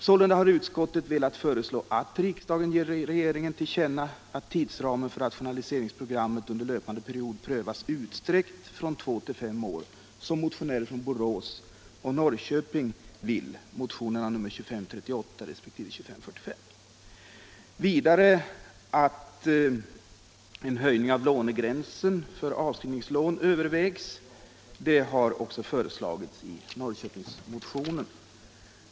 Sålunda har utskottet velat föreslå att riksdagen ger regeringen till känna att tidsramen för rationaliseringsprogrammet under löpande period utsträcks från två till fem år, som motionärer från Borås och Norrköping vill — motionerna 2538 resp. 2545. Vidare föreslår utskottet att en höjning av lånegränsen för inskrivningslån övervägs. Det har också föreslagits i Norrköpingsmotionen.